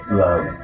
love